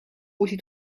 uusi